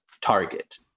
target